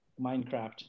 Minecraft